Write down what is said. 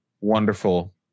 wonderful